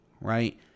right